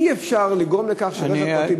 אי-אפשר לגרום לכך שבכלל לא יהיה רכב פרטי.